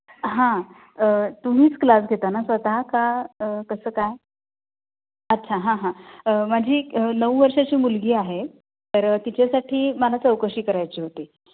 हां तुम्हीच क्लास घेता ना स्वतः का कसं काय अच्छा हां हां माझी एक नऊ वर्षाची मुलगी आहे तर तिच्यासाठी मला चौकशी करायची होती